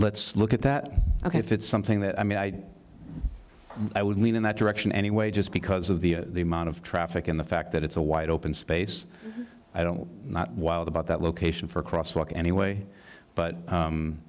let's look at that ok if it's something that i mean i i would lean in that direction anyway just because of the amount of traffic and the fact that it's a wide open space i don't not wild about that location for cross walk anyway but